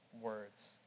words